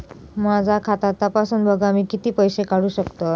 माझा खाता तपासून बघा मी किती पैशे काढू शकतय?